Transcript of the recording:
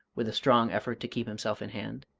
with a strong effort to keep himself in hand,